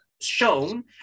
shown